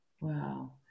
Wow